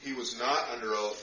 he was not under oath